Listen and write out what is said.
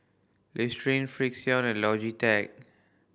Listerine Frixion and Logitech